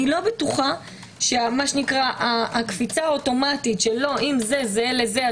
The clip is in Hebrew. אני לא בטוחה שהקפיצה האוטומטית של אם זה לא זהה לזה,